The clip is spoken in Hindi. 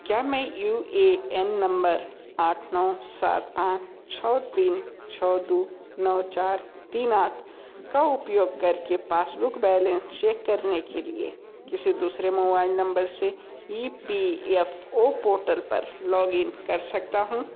क्या मैं यू ए एन नंबर आठ नौ सात पाँच छः तीन छः दू नौ चार तीन आठ का उपयोग कर के पासबुक बैलेंस चेक करने के लिए किसी दूसरे मोबाइल नंबर से E P F O portal पर लॉग इन कर सकता हूँ